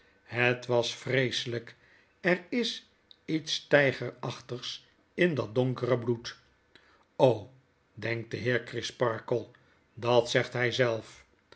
het was vreeselyk er is iets tygerachtigs in dat donkere bloed a o denkt de heer crisparkle dat zegt hij zelf